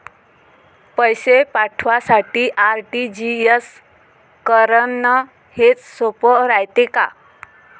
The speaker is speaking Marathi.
पैसे पाठवासाठी आर.टी.जी.एस करन हेच सोप रायते का?